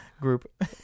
group